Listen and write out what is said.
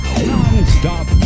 Non-stop